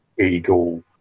eagle